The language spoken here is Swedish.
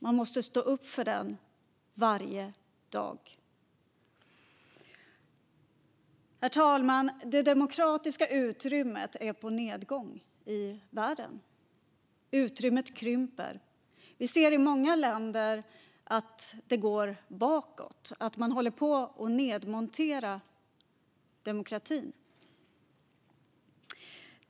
Man måste stå upp för den varje dag. Herr talman! Det demokratiska utrymmet i världen krymper. I många länder går det bakåt och demokratin nedmonteras.